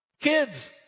Kids